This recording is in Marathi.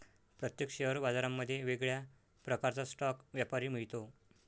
प्रत्येक शेअर बाजारांमध्ये वेगळ्या प्रकारचा स्टॉक व्यापारी मिळतो